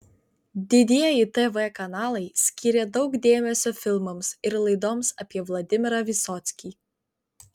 didieji tv kanalai skyrė daug dėmesio filmams ir laidoms apie vladimirą vysockį